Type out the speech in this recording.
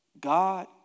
God